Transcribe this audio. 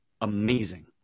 amazing